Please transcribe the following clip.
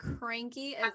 cranky